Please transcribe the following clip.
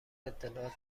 اطلاعات